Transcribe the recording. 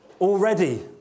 Already